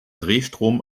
drehstrom